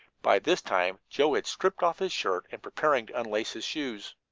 by this time joe had stripped off his shirt and preparing to unlace his shoes.